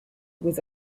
was